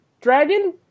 dragon